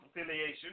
affiliation